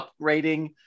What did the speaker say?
upgrading